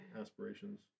aspirations